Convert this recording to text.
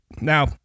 now